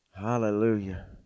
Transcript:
hallelujah